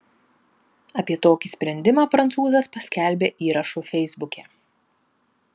apie tokį sprendimą prancūzas paskelbė įrašu feisbuke